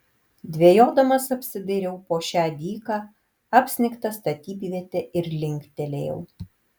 dvejodamas apsidairiau po šią dyką apsnigtą statybvietę ir linktelėjau